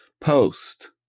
Post